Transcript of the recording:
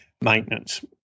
maintenance